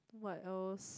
what else